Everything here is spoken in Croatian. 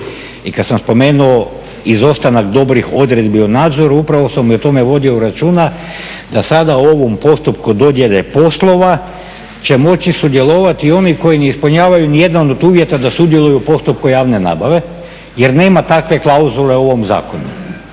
I kada sam spomenuo izostanak dobrih odredbi o nadzoru upravo sam i o tome vodio računa da sada u ovom postupku dodjele poslova će moći sudjelovati i oni koji ne ispunjavaju niti jedan od uvjeta da sudjeluju u postupku javne nabave jer nema takve klauzule u ovom zakonu.